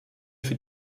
für